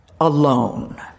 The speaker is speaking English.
alone